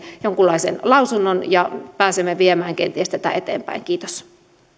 jonkunlaisen lausunnon ja pääsemme viemään kenties tätä eteenpäin kiitos